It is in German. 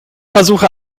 versuche